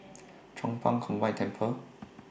Chong Pang Combined Temple